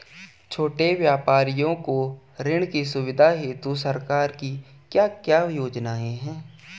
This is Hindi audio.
छोटे व्यापारियों को ऋण की सुविधा हेतु सरकार की क्या क्या योजनाएँ हैं?